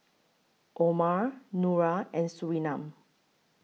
Omar Nura and Surinam